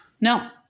No